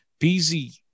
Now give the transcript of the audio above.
BZ